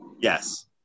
yes